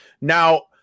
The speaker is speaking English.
Now